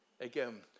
again